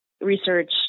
research